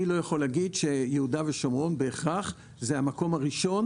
אני לא יכול להגיד שיהודה ושומרון בהכרח זה המקום הראשון